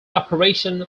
operation